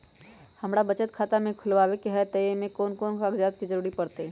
हमरा बचत खाता खुलावेला है त ए में कौन कौन कागजात के जरूरी परतई?